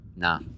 Nah